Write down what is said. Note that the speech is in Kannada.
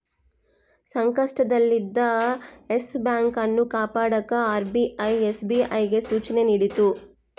ಸಂಕಷ್ಟದಲ್ಲಿದ್ದ ಯೆಸ್ ಬ್ಯಾಂಕ್ ಅನ್ನು ಕಾಪಾಡಕ ಆರ್.ಬಿ.ಐ ಎಸ್.ಬಿ.ಐಗೆ ಸೂಚನೆ ನೀಡಿತು